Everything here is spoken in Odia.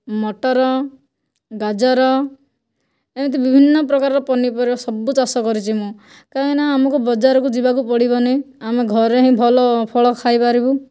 ମଟର ଗାଜର ଏମିତି ବିଭିନ୍ନ ପ୍ରକାରର ପନିପରିବା ସବୁ ଚାଷ କରିଛି ମୁଁ କାହିଁକି ନା ଆମକୁ ବଜାରକୁ ଯିବାକୁ ପଡ଼ିବନି ଆମେ ଘରେ ହିଁ ଭଲ ଫଳ ଖାଇପାରିବୁ